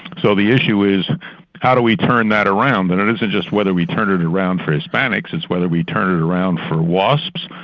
so the issue is how do we turn that around? and it isn't just whether we turn it around for hispanics, it's whether we turn it around for wasps,